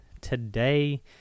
today